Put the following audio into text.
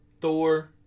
Thor